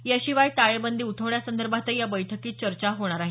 याशिवाय टाळेबंदी उठवण्यासंदर्भातही या बैठकीत चर्चा होईल